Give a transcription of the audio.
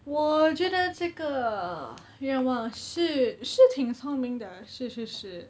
我觉得这个愿望是是挺聪明的是是是